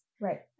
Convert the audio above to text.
Right